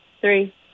three